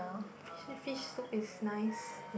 fish fish soup is nice